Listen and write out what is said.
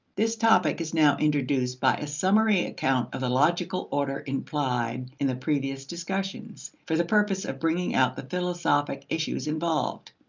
this topic is now introduced by a summary account of the logical order implied in the previous discussions, for the purpose of bringing out the philosophic issues involved.